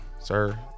Sir